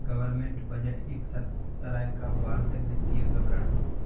government budget एक तरह का वार्षिक वित्तीय विवरण है